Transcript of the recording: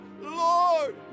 Lord